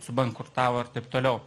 subankrutavo ir taip toliau